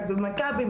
אז במכבי,